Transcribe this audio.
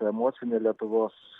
emocinė lietuvos